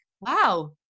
wow